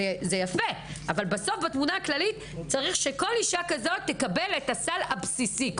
בסוף צריך שכל אישה תקבל את הסל הבסיסי,